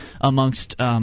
amongst